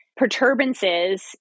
perturbances